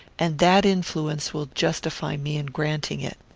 and that influence will justify me in granting it.